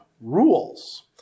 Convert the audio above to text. rules